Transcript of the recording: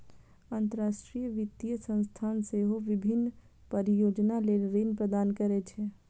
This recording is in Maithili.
अंतरराष्ट्रीय वित्तीय संस्थान सेहो विभिन्न परियोजना लेल ऋण प्रदान करै छै